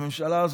הממשלה הזאת,